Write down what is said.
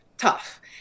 tough